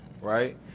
right